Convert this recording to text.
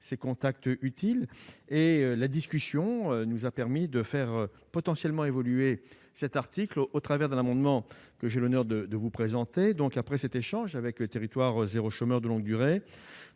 ces contacts utiles et la discussion, nous a permis de faire potentiellement évoluer cet article au au travers d'un amendement que j'ai l'honneur de vous présenter donc après cet échange avec le territoire zéro, chômeur de longue durée